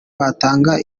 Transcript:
batanga